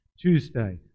Tuesday